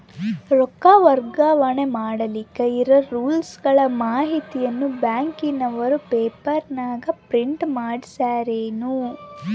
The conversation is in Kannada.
ರೊಕ್ಕ ವರ್ಗಾವಣೆ ಮಾಡಿಲಿಕ್ಕೆ ಇರೋ ರೂಲ್ಸುಗಳ ಮಾಹಿತಿಯನ್ನ ಬ್ಯಾಂಕಿನವರು ಪೇಪರನಾಗ ಪ್ರಿಂಟ್ ಮಾಡಿಸ್ಯಾರೇನು?